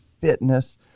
fitness